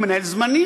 הוא מנהל זמני,